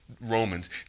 Romans